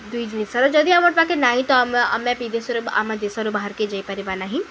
ଏଇ ଏଇ ଦୁଇ ଜିନିଷର ଯଦି ଆମର ପାଖେ ନାହିଁ ତ ଆମେ ଆମେ ବିଦେଶର ଆମେ ଦେଶର ବାହାରକେ ଯାଇପାରିବା ନାହିଁ